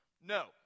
No